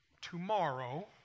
Tomorrow